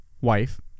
wife